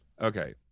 Okay